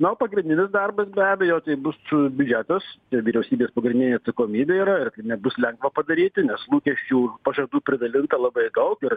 na o pagrindinis darbas be abejo tai bus biudžetas ir vyriausybės pagrindinė atsakomybė yra ir kai nebus lengva padaryti nes lūkesčių pažadų pridalinta labai daug ir